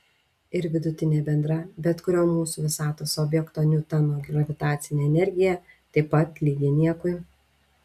ir vidutinė bendra bet kurio mūsų visatos objekto niutono gravitacinė energija taip pat lygi niekui